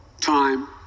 time